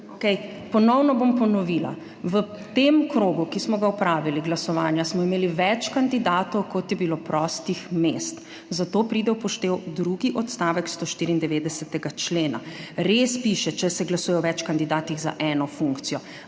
Okej, ponovno bom ponovila. V tem krogu glasovanja, ki smo ga opravili, smo imeli več kandidatov, kot je bilo prostih mest, zato pride v poštev drugi odstavek 194. člena. Res piše, »če se glasuje o več kandidatih za eno funkcijo,«